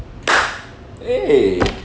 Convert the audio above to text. eh